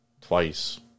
Twice